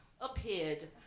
appeared